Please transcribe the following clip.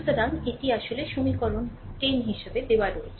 সুতরাং এটি আসলে সমীকরণ 10 হিসাবে দেওয়া হয়েছে